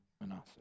Manasseh